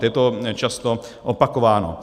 Je to často opakováno.